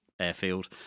airfield